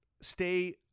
stay